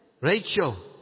Rachel